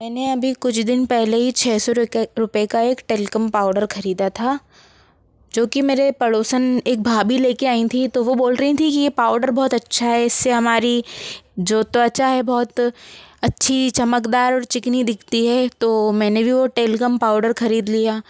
मैंने अभी कुछ दिन पहले ही छः सौ रुपए का एक टेल्कम पाउडर खरीदा था जोकि मेरे पड़ोसन एक भाभी ले के आई थी तो वो बोल रही थी की ये पाउडर बहुत अच्छा है इससे हमारी जो त्वचा है बहुत अच्छी चमकदार और चिकनी दिखती है तो मैंने भी वो टेल्कम पाउडर खरीद लिया